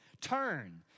turn